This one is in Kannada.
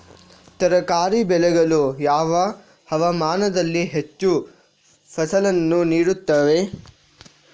ತರಕಾರಿ ಬೆಳೆಗಳು ಯಾವ ಹವಾಮಾನದಲ್ಲಿ ಹೆಚ್ಚು ಫಸಲನ್ನು ನೀಡುತ್ತವೆ?